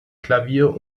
klavier